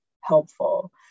helpful